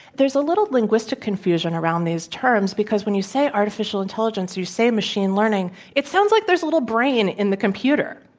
there's a little linguistic confusion around these terms because when you say artificial intelligence, you say machine learning, it sounds like there's a little brain in the computer,